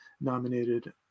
nominated